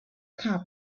cup